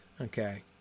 Okay